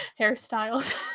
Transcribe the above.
hairstyles